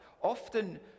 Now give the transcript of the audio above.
often